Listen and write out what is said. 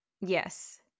Yes